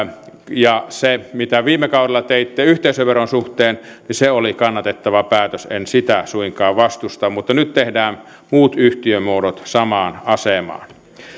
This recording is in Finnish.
se mitä viime kaudella teitte yhteisöveron suhteen oli kannatettava päätös en sitä suinkaan vastusta mutta nyt saadaan muut yhtiömuodot samaan asemaan